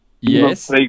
Yes